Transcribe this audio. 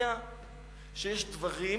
הדמיה שיש דברים,